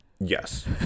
yes